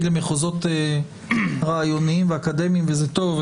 למחוזות רעיוניים ואקדמיים וזה טוב,